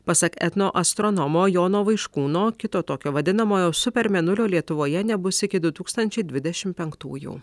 pasak etnoastronomo jono vaiškūno kito tokio vadinamojo super mėnulio lietuvoje nebus iki du tūkstančiai dvidešimt penktųjų